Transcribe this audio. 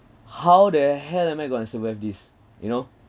how the hell am I going to survive this you know